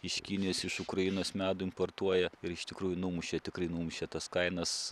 iš kinijos iš ukrainos medų importuoja ir iš tikrųjų numušė tikrai numušė tas kainas